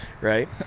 right